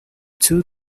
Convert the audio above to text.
two